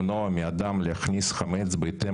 במקום "חלופות אחרות" יבוא "עשר חלופות אחרות לפחות,